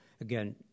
again